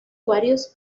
varios